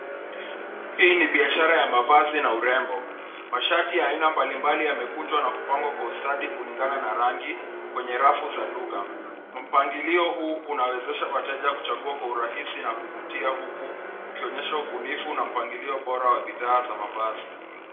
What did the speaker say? Hii ni biashara ya mavazi na urembo. Mashati ya aina mbalimbali yamekunjwa na kupangwa kwa ustadi kulingana na rangi kwenye rafu za duka. Mpangilio huu unawezesha wateja kuchagua kwa urahisi na kuvutia huku ukionyeshwa ubunifu na mpangilio bora wa bidhaa za mavazi.